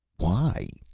why?